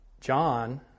John